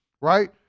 right